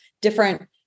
different